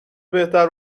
بهتر